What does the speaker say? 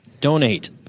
donate